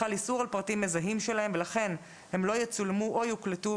חל איסור על פרטים מזהים שלהם ולכן הם לא יצולמו או יוקלטו,